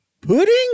pudding